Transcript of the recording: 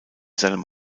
seinem